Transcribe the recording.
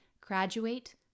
graduate